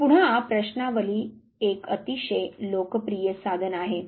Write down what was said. तर पुन्हा प्रश्नावली एक अतिशय लोकप्रिय साधन आहे